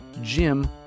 Jim